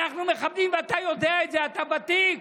אנחנו מכבדים, ואתה יודע את זה, אתה ותיק.